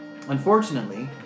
Unfortunately